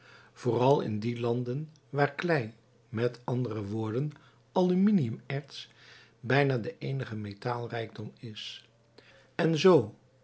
vooral in die landen waar klei met andere woorden aluminium erts bijna de eenige metaalrijkdom is en zoo